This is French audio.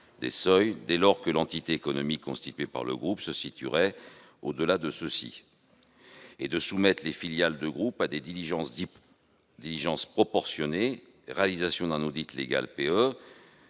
des seuils, dès lors que l'entité économique constituée par le groupe se situe au-delà ; soumettre les filiales de groupe à des diligences proportionnées : réalisation d'un " audit légal